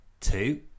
two